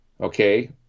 Okay